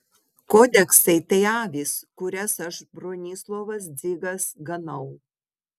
kodeksai tai avys kurias aš bronislovas dzigas ganau